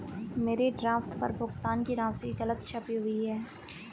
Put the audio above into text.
मेरे ड्राफ्ट पर भुगतान की राशि गलत छपी हुई है